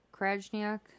Krajniak